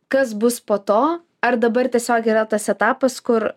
kas bus po to ar dabar tiesiog yra tas etapas kur